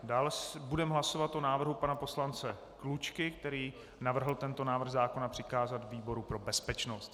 Dále budeme hlasovat o návrhu pana poslance Klučky, který navrhl tento návrh zákona přikázat výboru pro bezpečnost.